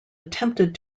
attempted